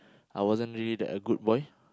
I wasn't really that a good boy